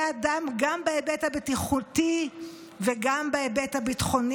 אדם גם בהיבט הבטיחותי וגם בהיבט הביטחוני.